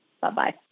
Bye-bye